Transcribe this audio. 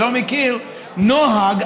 אני לא מכיר נוהג,